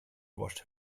washed